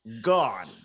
gone